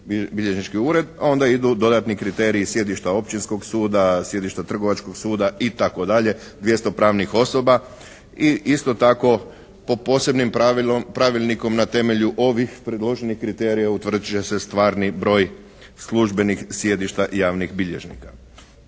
javnobilježnički ured, onda idu dodatni kriteriji sjedišta općinskog suda, sjedišta trgovačkog suda itd. 200 pravnih osoba i isto tako po posebnim pravilnikom na temelju ovih predloženih kriterija utvrdit će se stvarni broj službenih sjedišta javnih bilježnika.